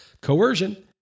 Coercion